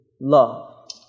love